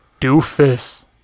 Doofus